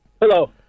Hello